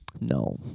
No